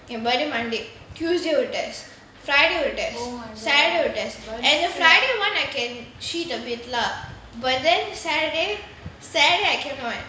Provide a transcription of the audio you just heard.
என்:en birthday monday tuesday will test friday will test saturday will test and friday one I can cheat a bit lah but then saturday saturday I cannot